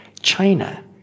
China